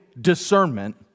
discernment